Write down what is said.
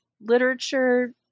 literature